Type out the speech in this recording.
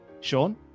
sean